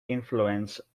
influence